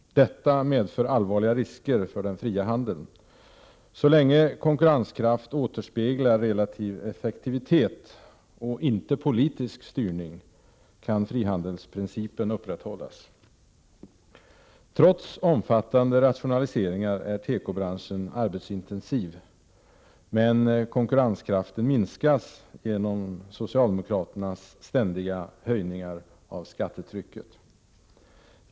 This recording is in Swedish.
Detta medför allvarliga risker för den fria handeln. Så länge konkurrenskraft återspeglar relativ effektivitet och inte politisk styrning kan frihandelsprincipen upprätthållas. Trots omfattande rationaliseringar är tekobranschen arbetsintensiv, men konkurrenskraften minskas genom socialdemokraternas ständiga höjningar av skattetrycket.